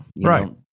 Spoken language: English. Right